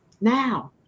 Now